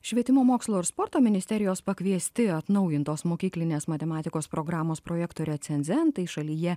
švietimo mokslo ir sporto ministerijos pakviesti atnaujintos mokyklinės matematikos programos projekto recenzentai šalyje